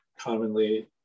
commonly